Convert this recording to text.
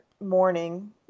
morning